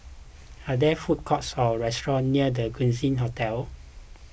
are there food courts or restaurants near the Quincy Hotel